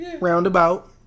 roundabout